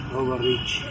overreach